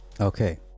Okay